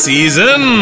Season